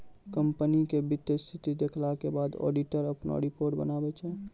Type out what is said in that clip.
company के वित्तीय स्थिति देखला के बाद ऑडिटर अपनो रिपोर्ट बनाबै छै